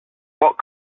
what